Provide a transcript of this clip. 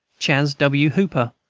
chas. w. hooper,